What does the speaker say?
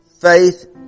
faith